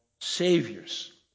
saviors